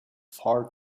far